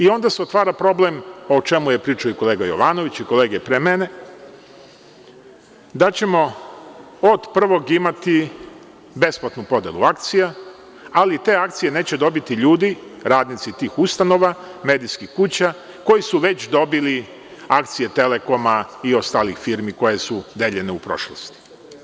Onda se otvara problem, o čemu je pričao i kolega Jovanović i kolege pre mene, da ćemo od 1. imati besplatnu podelu akcija, ali te akcije neće dobiti ljudi - radnici tih ustanova, medijskih kuća koji su već dobili akcije Telekoma i ostalih firmi koje su deljene u prošlosti.